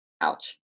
Ouch